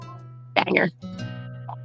banger